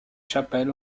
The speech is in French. chapelle